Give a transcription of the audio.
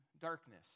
darkness